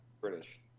British